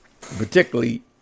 particularly